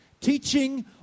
teaching